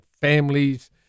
families